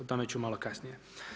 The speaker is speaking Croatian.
O tome ću malo kasnije.